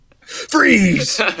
Freeze